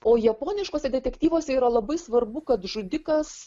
o japoniškuose detektyvuose yra labai svarbu kad žudikas